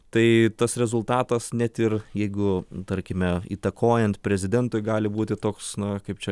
tai tas rezultatas net ir jeigu tarkime įtakojant prezidentui gali būti toks na kaip čia